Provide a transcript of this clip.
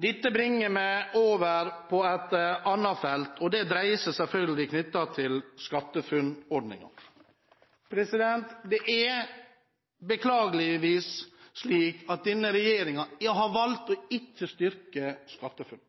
Dette bringer meg over på et annet felt, og det dreier seg selvfølgelig om SkatteFUNN-ordningen. Det er beklageligvis slik at denne regjeringen har valgt å ikke styrke SkatteFUNN.